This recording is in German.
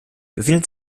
befindet